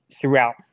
throughout